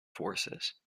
forces